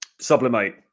Sublimate